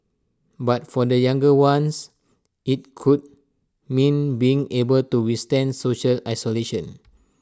but for the younger ones IT could mean being able to withstand social isolation